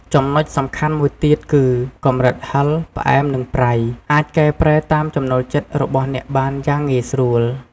ចំណុចសំខាន់មួយទៀតគឺ កម្រិតហឹរ ផ្អែម និងប្រៃ អាចកែប្រែតាមចំណូលចិត្តរបស់អ្នកបានយ៉ាងងាយស្រួល។